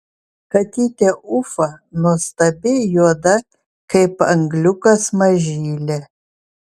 katytė ufa nuostabi juoda kaip angliukas mažylė